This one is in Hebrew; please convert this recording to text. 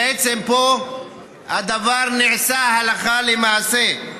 בעצם, פה הדבר נעשה הלכה למעשה.